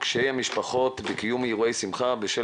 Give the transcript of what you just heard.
קשיי משפחות בקיום אירועי שימחה בשל